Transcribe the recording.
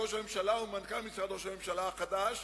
ראש הממשלה ומנכ"ל משרד ראש הממשלה החדש,